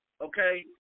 okay